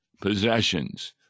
possessions